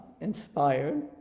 inspired